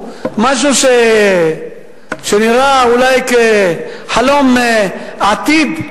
משהו שנראה אולי כחלום-עתיד,